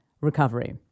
recovery